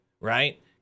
right